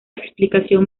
explicación